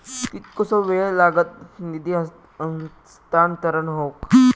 कितकोसो वेळ लागत निधी हस्तांतरण हौक?